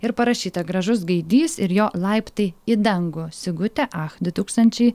ir parašyta gražus gaidys ir jo laiptai į dangų sigutė ach du tūkstančiai